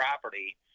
property